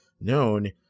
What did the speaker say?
known